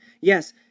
Yes